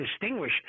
distinguish